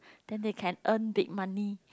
then they can earn big money